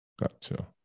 Gotcha